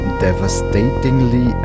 devastatingly